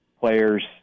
players